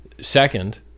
Second